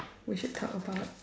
we should talk about